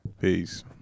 Peace